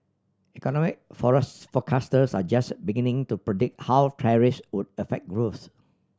economic forecasters are just beginning to predict how tariffs would affect growth